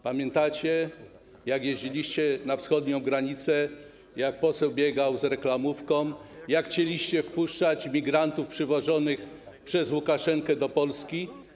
Pamiętacie, jak jeździliście na wschodnią granicę, jak poseł biegał z reklamówką, jak chcieliście wpuszczać migrantów przywożonych przez Łukaszenkę do Polski?